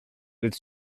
its